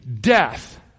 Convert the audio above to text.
death